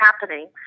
happening